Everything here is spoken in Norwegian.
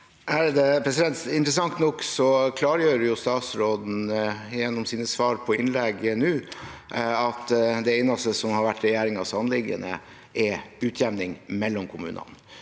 Interessant nok klargjør statsråden gjennom sine svar på innlegg nå at det eneste som har vært regjeringens anliggende, er utjevning mellom kommunene.